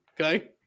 Okay